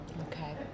Okay